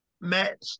met